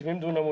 70 דונם,